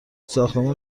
ساختمان